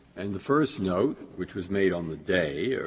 and the first note, which was made on the day, yeah